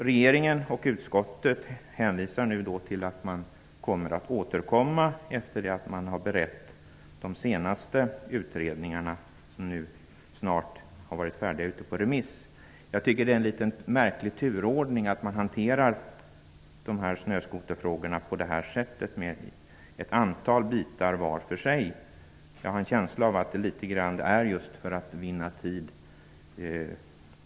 Regeringen och utskottet hänvisar nu till att man kommer att återkomma efter det att man har berett de senaste utredningarna som snart har remissbehandlats. Det är litet märkligt att man hanterar snöskoterfrågorna på detta sätt. Man behandlar ett antal bitar var för sig. Jag har en känsla av att man gör det litet grand för att vinna tid.